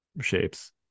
shapes